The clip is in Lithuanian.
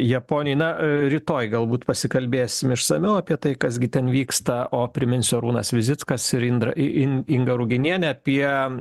japonijoj na rytoj galbūt pasikalbėsim išsamiau apie tai kas gi ten vyksta o priminsiu arūnas vizickas ir indra i in inga ruginienė apie